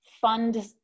fund